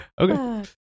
Okay